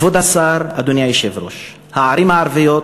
כבוד השר, אדוני היושב-ראש, הערים הערביות,